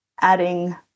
adding